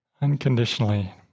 unconditionally